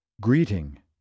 greeting